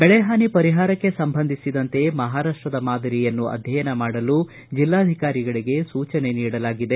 ಬೆಳೆಹಾನಿ ಪರಿಹಾರಕ್ಕೆ ಸಂಬಂಧಿಸಿದಂತೆ ಮಹಾರಾಷ್ಟದ ಮಾದರಿಯನ್ನು ಅಧ್ಯಯನ ಮಾಡಲು ಜಿಲ್ಲಾಧಿಕಾರಿಗಳಿಗೆ ಸೂಚನೆ ನೀಡಲಾಗಿದೆ